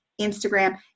Instagram